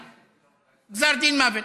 על גזר דין מוות,